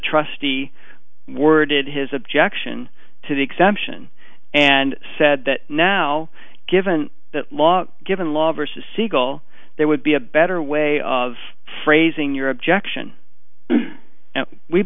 trustee worded his objection to the exemption and said that now given the law given law versus eagle there would be a better way of phrasing your objection